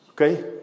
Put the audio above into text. Okay